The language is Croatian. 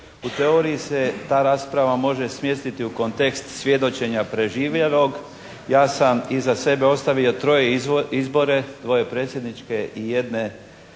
U teoriji se ta rasprava može smjestiti u kontekst svjedočenja preživjelog. Ja sam iza sebe ostavio troje izbore, dvoje predsjedničke i jedne